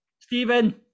Stephen